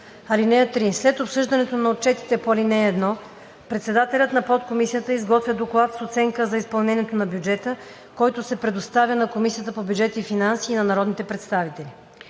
(3) След обсъждането на отчетите по ал. 1 председателят на подкомисията изготвя доклад с оценка за изпълнението на бюджета, който се предоставя на Комисията по бюджет и финанси и на народните представители.“